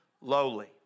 lowly